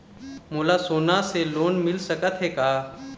मोला सोना से लोन मिल सकत हे का?